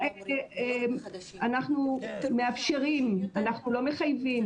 אנחנו מאפשרים, אנחנו לא מחייבים.